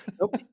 nope